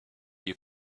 you